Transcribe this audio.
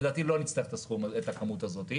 לדעתי לא נצטרך את הכמות הזאת,